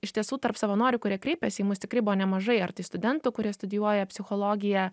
iš tiesų tarp savanorių kurie kreipiasi į mus tikrai buvo nemažai ar tai studentų kurie studijuoja psichologiją